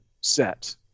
set